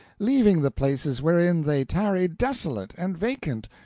leaving the places wherein they tarried desolate and vacant,